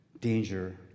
danger